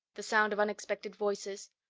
the sound of unexpected voices,